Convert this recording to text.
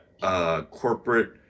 corporate